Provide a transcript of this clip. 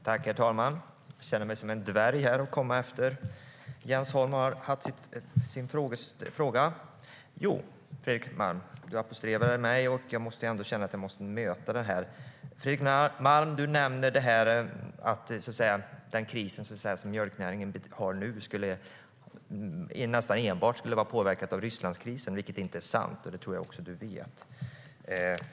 Herr talman! Fredrik Malm apostroferade mig, och jag måste få bemöta det. Fredrik Malm! Du hävdar att den nuvarande krisen i mjölknäringen nästan enbart skulle bero på Rysslandskrisen, vilket inte är sant. Det tror jag också att du vet.